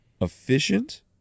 efficient